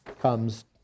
comes